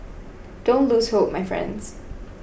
don't lose hope my friends